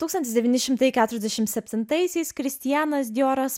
tūkstantis devyni šimtai keturiasdešim septintaisiais kristianas dioras